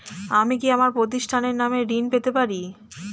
আমি কি আমার প্রতিষ্ঠানের নামে ঋণ পেতে পারি?